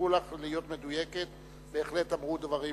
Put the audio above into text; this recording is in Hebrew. שעזרו לך להיות מדויקת, בהחלט אמרו דברים